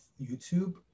YouTube